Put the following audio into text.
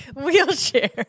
wheelchair